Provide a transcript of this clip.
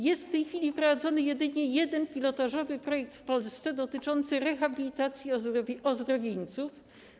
Jest w tej chwili prowadzony jedynie jeden pilotażowy projekt w Polsce dotyczący rehabilitacji ozdrowieńców.